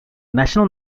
national